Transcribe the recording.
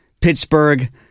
pittsburgh